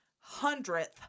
hundredth